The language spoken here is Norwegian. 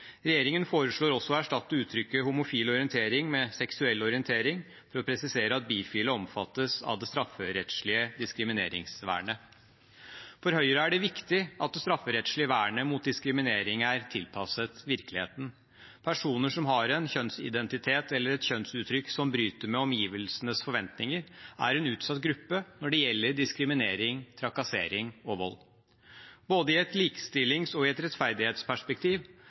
Regjeringen foreslår også å erstatte uttrykket «homofil orientering» med «seksuell orientering», for å presisere at bifile omfattes av det strafferettslige diskrimineringsvernet. For Høyre er det viktig at det strafferettslige vernet mot diskriminering er tilpasset virkeligheten. Personer som har en kjønnsidentitet eller et kjønnsuttrykk som bryter med omgivelsenes forventninger, er en utsatt gruppe når det gjelder diskriminering, trakassering og vold. Både i et likestillings- og i et rettferdighetsperspektiv